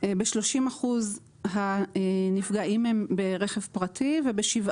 ב-30 אחוזים הנפגעים הם ברכב פרטי וב-7